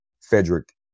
Frederick